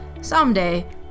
Someday